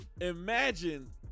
imagine